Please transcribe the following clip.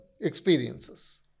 experiences